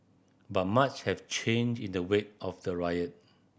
but much has changed in the wake of the riot